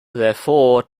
therefore